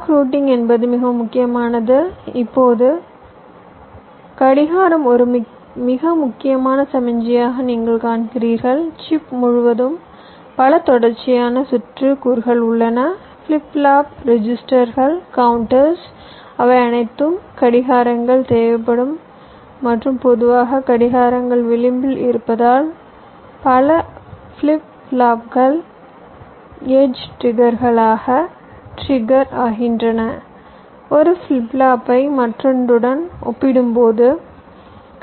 clock routing என்பது மிகவும் முக்கியமானது இப்போது கடிகாரம் ஒரு மிக முக்கியமான சமிக்ஞையாக நீங்கள் காண்கிறீர்கள் சிப் முழுவதும் பல தொடர்ச்சியான சுற்று கூறுகள் உள்ளன ஃபிளிப் ஃப்ளாப் ரெஜிஸ்டர்கள் கவுன்டர்ஸ் அவை அனைத்துக்கும் கடிகாரங்கள் தேவைப்படும் மற்றும் பொதுவாக கடிகாரங்கள் விளிம்பில் இருப்பதால் பல ஃபிளிப் ஃப்ளாப்புகள் எட்ஜ் ட்ரிக்கர்களால் ட்ரிக்கர் ஆகின்றன ஒரு ஃபிளிப் ஃப்ளாப்பை மற்றொன்றுடன் ஒப்பிடும்போது